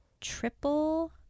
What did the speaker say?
triple